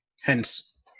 hence